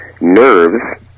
nerves